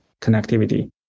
connectivity